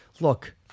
Look